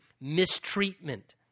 mistreatment